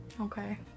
okay